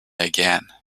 again